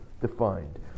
defined